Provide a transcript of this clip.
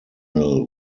mill